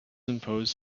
impose